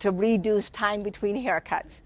to reduce time between haircuts